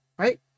right